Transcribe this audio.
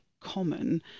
common